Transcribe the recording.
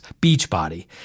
Beachbody